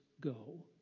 Go